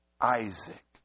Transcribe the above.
Isaac